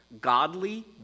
godly